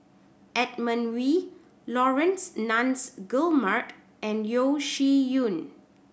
Edmund Wee Laurence Nunns Guillemard and Yeo Shih Yun